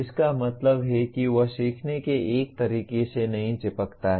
इसका मतलब है कि वह सीखने के एक तरीके से नहीं चिपकता है